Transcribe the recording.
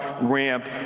ramp